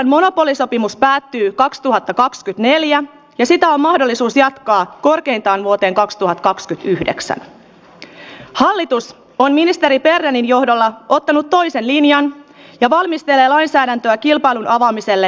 mulla oli sopimus päättyy kaksituhatta kakskytneljä ja sitä on mahdollisuus jatkaa korkeintaan vuoteen kaksituhatta asti yhdeksän hallitus on ministeri ja lenin johdolla ottelut toisen linjan ja valmistelee lainsäädäntöä kilpailun avaamiselle